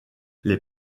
les